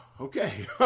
okay